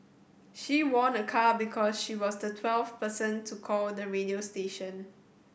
she won a car because she was the twelfth person to call the radio station